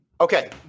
okay